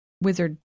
wizard